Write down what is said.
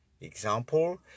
Example